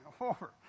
over